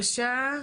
בבקשה.